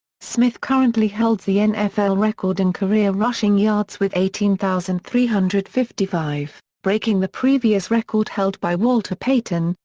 smith currently holds the nfl record in career rushing yards with eighteen thousand three hundred and fifty five, breaking the previous record held by walter payton,